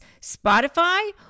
Spotify